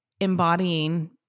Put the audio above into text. embodying